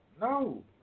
No